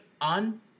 on